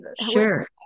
Sure